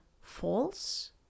false